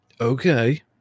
Okay